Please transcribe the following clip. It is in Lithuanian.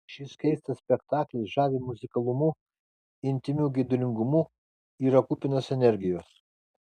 šis keistas spektaklis žavi muzikalumu intymiu geidulingumu yra kupinas energijos